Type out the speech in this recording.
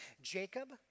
Jacob